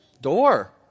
door